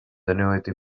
annuity